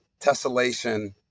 tessellation